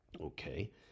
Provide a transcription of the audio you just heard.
Okay